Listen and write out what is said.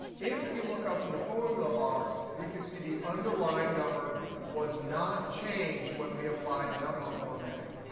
if we look up in the formula bar, we can see the underlying number was not changed when we applied number formatting.